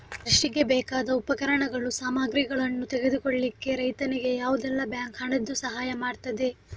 ಕೃಷಿಗೆ ಬೇಕಾದ ಉಪಕರಣಗಳು, ಸಾಮಗ್ರಿಗಳನ್ನು ತೆಗೆದುಕೊಳ್ಳಿಕ್ಕೆ ರೈತನಿಗೆ ಯಾವುದೆಲ್ಲ ಬ್ಯಾಂಕ್ ಹಣದ್ದು ಸಹಾಯ ಮಾಡ್ತದೆ?